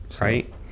right